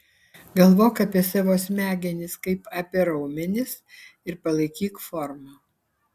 galvok apie savo smegenis kaip apie raumenis ir palaikyk formą